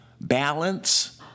Balance